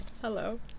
hello